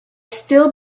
still